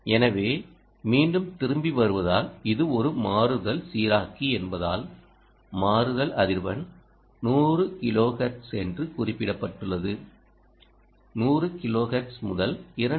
எனவே மீண்டும் திரும்பி வருவதால் இது ஒரு மாறுதல் சீராக்கி என்பதால் மாறுதல் அதிர்வெண் 100 கிலோஹெர்ட்ஸ் என்று குறிப்பிடப்பட்டுள்ளது 100 கிலோஹெர்ட்ஸ் முதல் 2